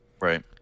Right